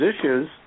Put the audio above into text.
issues